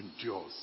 endures